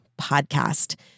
podcast